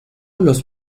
los